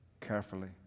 carefully